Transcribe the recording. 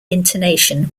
intonation